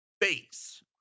base